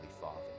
Father